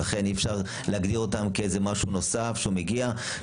לכן אי אפשר להגדיר אותם כאיזה משהו נוסף שהוא מגיע.